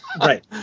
Right